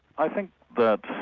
i think that,